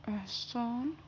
احسان